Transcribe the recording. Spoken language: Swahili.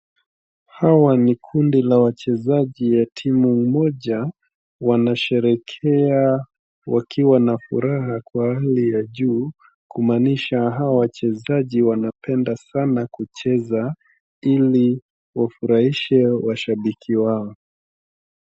Hawa ni kundi la wachezaji ya timu moja wanasheherekea wakiwa na furaha kwa hali ya juu kumanisha hawa wachezaji wanapenda sana kucheza ili wafurahishe washabiki wao.